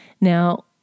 Now